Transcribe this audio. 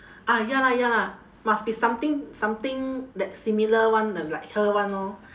ah ya lah ya lah must be something something that's similar [one] the like her [one] orh